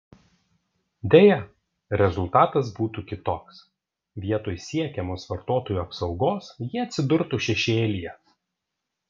deja rezultatas būtų kitoks vietoj siekiamos vartotojų apsaugos jie atsidurtų šešėlyje